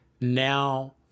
now